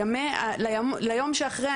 ליום שאחרי.